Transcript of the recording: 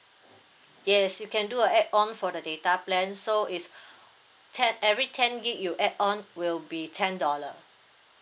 yes you can do a add on for the data plan so it's ten every ten gigabyte you add on will be ten dollar